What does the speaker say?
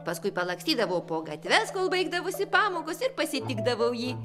paskui palakstydavau po gatves kol baigdavosi pamokos ir pasitikdavau jį